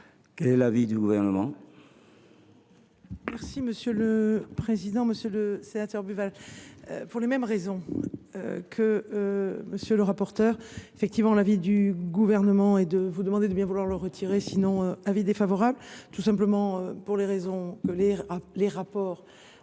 Quel est l’avis du Gouvernement ?